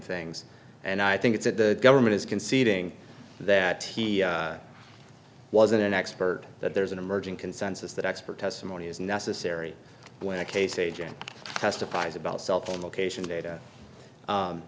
things and i think it's that the government is conceding that he wasn't an expert that there's an emerging consensus that expert testimony is necessary when a case agent testifies about cell phone location data